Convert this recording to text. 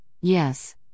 yes